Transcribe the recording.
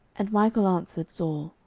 and michal answered saul,